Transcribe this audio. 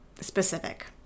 specific